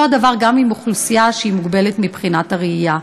אותו הדבר גם עם אוכלוסייה שמוגבלת מבחינת הראייה.